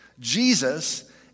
Jesus